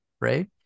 right